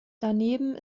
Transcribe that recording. daneben